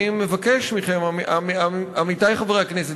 אני מבקש מכם, עמיתי חברי הכנסת.